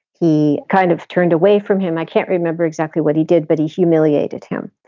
he kind of turned away from him. i can't remember exactly what he did, but he humiliated him.